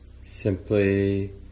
Simply